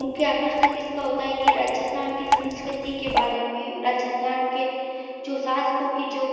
मुख्य आकर्षण इसका होता है कि राजस्थान की संस्कृति के बारे में राजस्थान के जो शासकों की जो